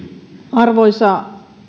arvoisa